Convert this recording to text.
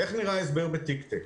איך נראה הסבר ב-Tiktek?